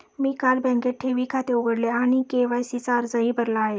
मी काल बँकेत ठेवी खाते उघडले आणि के.वाय.सी चा अर्जही भरला आहे